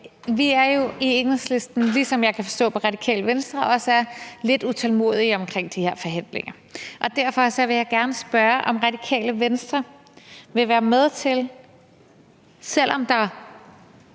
Vi er i Enhedslisten, ligesom jeg kan forstå, Radikale Venstre også er, lidt utålmodige i forhold til de forhandlinger. Derfor vil jeg gerne spørge, om Radikale Venstre vil være med til, selv om der